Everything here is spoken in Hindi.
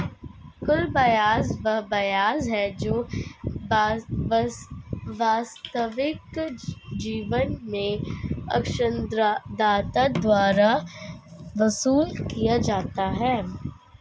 कुल ब्याज वह ब्याज है जो वास्तविक जीवन में ऋणदाता द्वारा वसूल किया जाता है